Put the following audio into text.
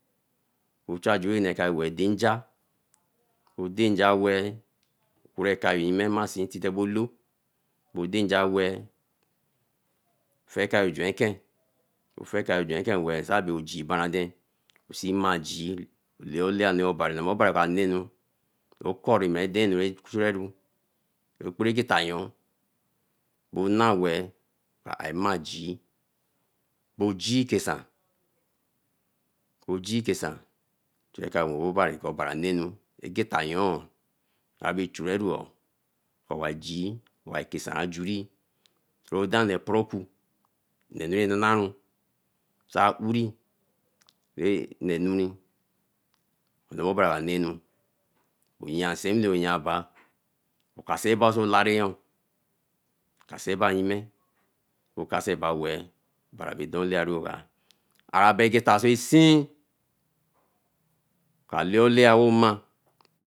Wo ehu ajuri neka yo danja, oh danja weeh, urekayo yeme mansi tite bo loo, bo danja weeh, ojie bara de see mai ju, laolaya naa obari neme obari wanenu okori medamanu okpara geta yen, bo na weeh, bah aru mai jii. Bo jii keson, chu ekayo weson obari ko obari wanenu egeta yoo aboerochureru oo owajii wakason ajuri ra dan nee poro ku, nenu rai nanaru, sai oouri nenuri, lama obari waneun ayasewene. Oka seen bae to lariyo, oka seen ba weeh obari abere dun olaye da. Arabe egeta bae seen ka lae laya weeh mai